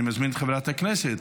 אני מזמין את חברת הכנסת